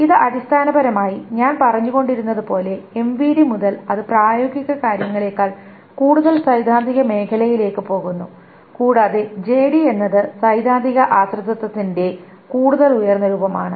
ഇത് അടിസ്ഥാനപരമായി ഞാൻ പറഞ്ഞുകൊണ്ടിരുന്നത് പോലെ എംവിഡി മുതൽ അത് പ്രായോഗിക കാര്യങ്ങളേക്കാൾ കൂടുതൽ സൈദ്ധാന്തിക മേഖലയിലേക്ക് പോകുന്നു കൂടാതെ ജെഡി എന്നത് സൈദ്ധാന്തിക ആശ്രിതത്വത്തിന്റെ കൂടുതൽ ഉയർന്ന രൂപമാണ്